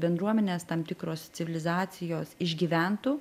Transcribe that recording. bendruomenės tam tikros civilizacijos išgyventų